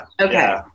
Okay